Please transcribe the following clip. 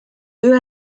deux